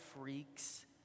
freaks